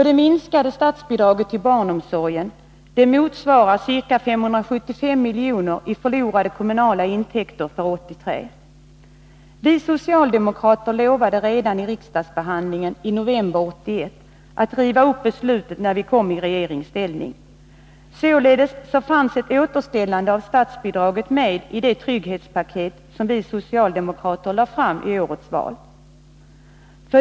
Det minskade statsbidraget till barnomsorgen motsvarar ca 575 miljoner i förlorade kommunala intäkter för år 1983. Vi socialdemokrater lovade redan vid riksdagsbehandlingen i november 1981 att riva upp beslutet när vi kom i regeringsställning. Således fanns ett återställande av statsbidraget med i det trygghetspaket som vi socialdemokrater lade fram i årets val.